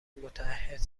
متعهد